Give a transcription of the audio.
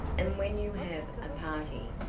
and when you have a party,